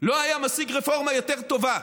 לא היה משיג רפורמה יותר טובה.